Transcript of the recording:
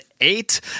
Eight